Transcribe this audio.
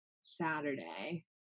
Saturday